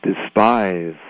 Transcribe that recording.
despise